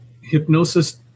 hypnosis